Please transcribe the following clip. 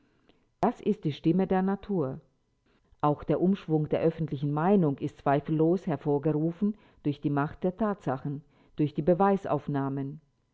das ist die stimme der natur auch der umschwung der öffentlichen meinung ist zweifellos hervorgerufen durch die macht der tatsachen durch die beweisaufnahmen